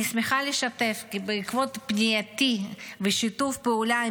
אני שמחה לשתף שבעקבות פנייתי ושיתוף פעולה עם